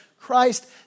Christ